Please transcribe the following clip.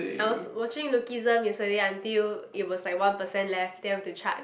I was watching Lookism yesterday until it was like one percent left then I have to charge